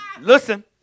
Listen